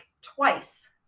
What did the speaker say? twice